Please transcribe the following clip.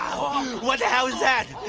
what the hell is that?